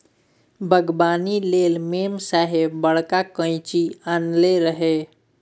बागबानी लेल मेम साहेब बड़का कैंची आनने रहय